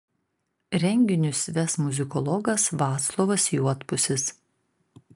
renginius ves muzikologas vaclovas juodpusis